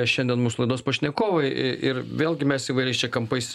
šiandien mūsų laidos pašnekovai i ir vėlgi mes įvairiais čia kampais